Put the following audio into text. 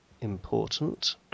important